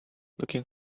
looking